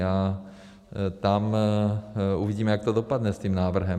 A tam uvidíme, jak to dopadne s tím návrhem.